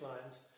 lines